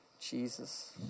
Jesus